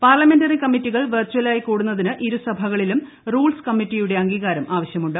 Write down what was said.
parliamentary കമ്മിറ്റികൾ വെർചലായി കൂടുന്നതിന് ഇരുസഭകളിലും റൂൾസ് കമ്മിറ്റിയുടെ അംഗീകാരം ആവശ്യമുണ്ട്